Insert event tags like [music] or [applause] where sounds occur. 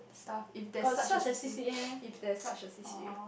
stuff if there's such a C_C_A [noise] if there's such a C_C_A